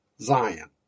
Zion